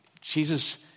Jesus